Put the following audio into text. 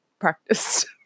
practiced